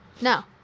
No